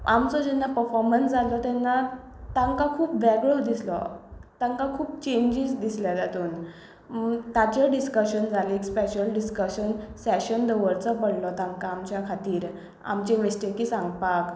आमचो जेन्ना पफोमन्स जालो तेन्ना तांका खूब वेगळो दिसलो तांका खूब चेंजिस दिसलें तातुंत ताचेर डिस्कशन जाले एक स्पेशल डिस्कशन सेशन दवरचो पडलसो तांका आमच्या खातीर आमचे मिस्टेकी सांगपाक